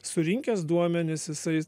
surinkęs duomenis jisai